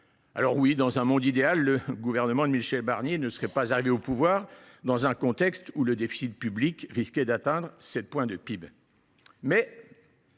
Certes, dans un monde idéal, le gouvernement de Michel Barnier ne serait pas arrivé au pouvoir dans un contexte où le déficit public risquait d’atteindre 7 % du PIB.